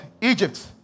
Egypt